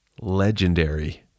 legendary